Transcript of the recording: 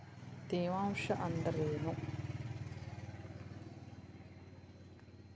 ತೇವಾಂಶ ಅಂದ್ರೇನು?